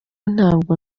ntabwo